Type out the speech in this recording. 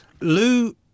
Lou